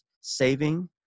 saving